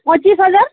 পঁচিশ হাজার